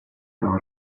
par